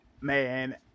man